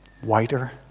Whiter